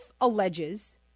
alleges